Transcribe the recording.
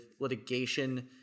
litigation